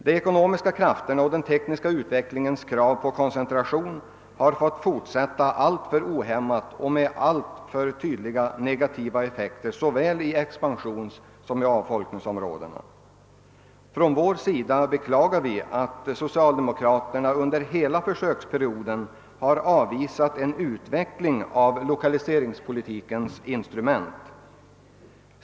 De ekonomiska krafternas och den tekniska utvecklingens krav på koncentration har fått fortsätta alltför ohämmat och med alltför tydliga negativa effekter beträffande såväl expansionssom avvecklingsområdena. Vi beklagar att socialdemokraterna under hela försöksperioden har avvisat en utveckling av lokaliseringspolitikens instrument.